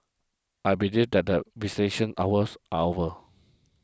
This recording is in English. I believe that the hours are over